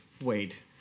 wait